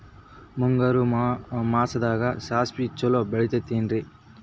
ಮುಂಗಾರು ಮಾಸದಾಗ ಸಾಸ್ವಿ ಛಲೋ ಬೆಳಿತೈತೇನ್ರಿ?